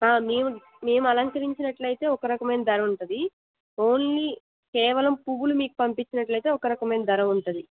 మేము మేము అలంకరించినట్టయితే ఒక రకమైన ధర ఉంటుంది ఓన్లీ కేవలం పూలు మీకు పంపించినట్టయితే ఒక రకమైన ధర ఉంటుంది